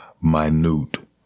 minute